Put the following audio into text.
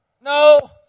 No